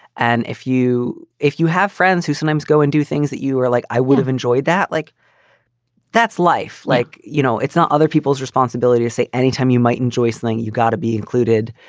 and if you if you have friends who sometimes go and do things you are like. i would have enjoyed that like that's life, like, you know, it's not other people's responsibility, i say. anytime you might enjoy something, you got to be included.